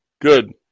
good